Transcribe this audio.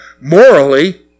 morally